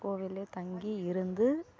கோவில்லையே தங்கி இருந்து